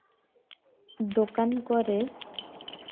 ᱫᱳᱠᱟᱱ ᱠᱚᱨᱮ